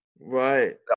Right